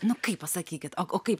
nu kaip pasakykit o o kaip